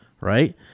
Right